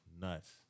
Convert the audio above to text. Nuts